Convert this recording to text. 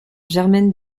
jermaine